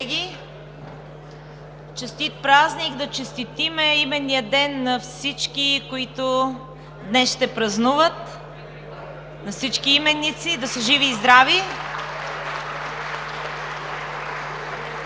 колеги! Честит празник! Да честитим имения ден на всички, които днес ще празнуват, на всички именици! Да са живи и здрави!